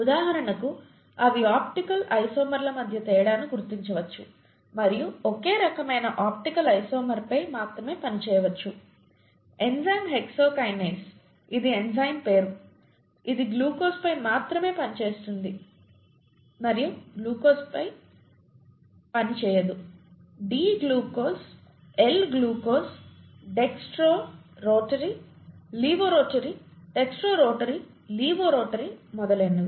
ఉదాహరణకు అవి ఆప్టికల్ ఐసోమర్ల మధ్య తేడాను గుర్తించవచ్చు మరియు ఒకే రకమైన ఆప్టికల్ ఐసోమర్పై మాత్రమే పని చేయవచ్చు ఎంజైమ్ హెక్సోకకైనేస్ ఇది ఎంజైమ్ పేరు ఇది ప్లస్ గ్లూకోజ్పై మాత్రమే పనిచేస్తుంది మరియు మైనస్ గ్లూకోజ్పై పనిచేయదు D glucose L glucose dextro rotary rotary levo rotary dextro rotary levo rotary మొదలైనవి